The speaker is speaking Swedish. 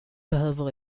behöver